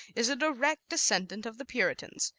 is a direct descendant of the puritans,